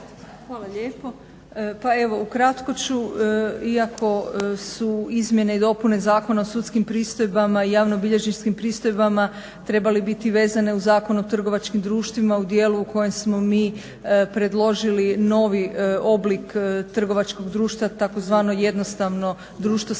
Hvala lijepo. Pa evo ukratko ću. Iako su izmjene i dopune Zakona o sudskim pristojbama i javnobilježničkim pristojbama trebale biti vezane uz Zakon o trgovačkim društvima u dijelu u kojem smo mi predložili novi oblik trgovačkog društva tzv. jednostavno društvo s